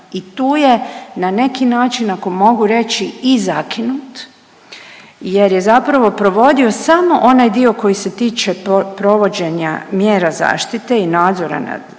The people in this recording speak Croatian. i tu je na neki način ako mogu reći i zakinut jer je zapravo provodio samo onaj dio koji se tiče provođenja mjera zaštite i nadzora nad radovima